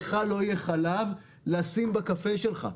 לך לא יהיה חלב לשים בקפה שלך,